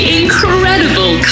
incredible